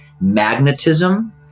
magnetism